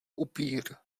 upír